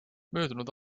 möödunud